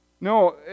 No